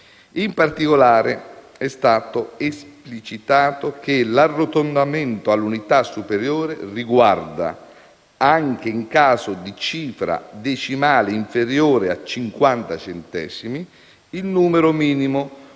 In particolare, è stato esplicitato che l'arrotondamento all'unità superiore riguarda, anche in caso di cifra decimale inferiore a 50 centesimi, il numero minimo,